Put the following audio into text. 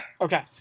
Okay